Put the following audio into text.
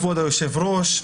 כבוד היושב-ראש,